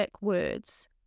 words